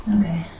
Okay